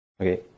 Okay